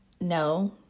No